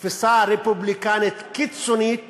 תפיסה רפובליקנית קיצונית